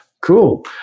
cool